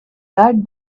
that